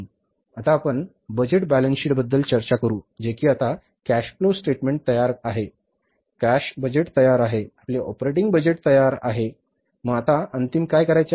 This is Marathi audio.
आता आपण बजेट बॅलन्सशीट बद्दल चर्चा करू जे की आता कॅश फ्लो स्टेटमेंट तयार आहे कॅश बजेट तयार आहे आपले ऑपरेटिंग बजेट तयार आहे मग आता अंतिम काय करायचे आहे